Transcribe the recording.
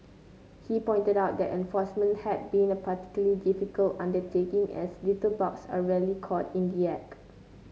he pointed out that enforcement had been a particular difficult undertaking as litterbugs are rarely caught in the act